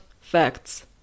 facts